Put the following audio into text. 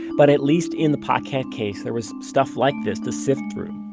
but at least in the paquette case, there was stuff like this to sift through.